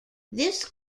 this